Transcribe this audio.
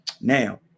Now